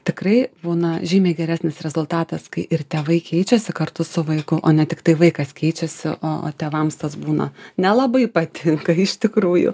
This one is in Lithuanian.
tikrai būna žymiai geresnis rezultatas kai ir tėvai keičiasi kartu su vaiku o ne tiktai vaikas keičiasi o o tėvams tas būna nelabai patinka iš tikrųjų